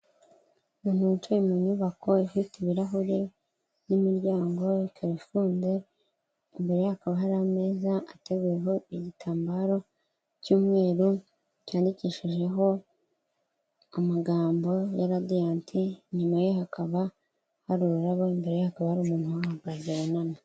Umuntu wicaye mu nyubako ifite ibirahuri n'imiryango ikaba ifunze, imbere hakaba hari ameza ateguyeho igitambaro cy'umweru cyandikishijeho amagambo ya Radiyanti, inyuma ye hakaba hari ururabo, imbere hakaba hari umuntu uhahagaze wunamye.